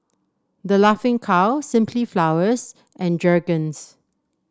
The Laughing Cow Simply Flowers and Jergens